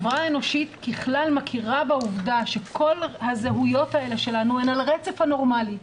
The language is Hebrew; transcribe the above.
האנושית ככלל מכירה בעובדה שכל הזהויות האלה שלנו הן על רצף הנורמלי.